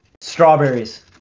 strawberries